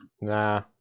Nah